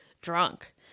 drunk